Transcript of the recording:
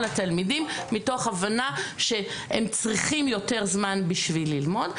התלמידים מתוך הבנה שהם צריכים יותר זמן בשביל ללמוד.